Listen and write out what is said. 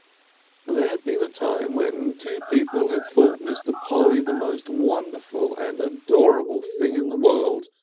ah there had been a time when two people had thought mr. polly the most wonderful and adorable thing in the world,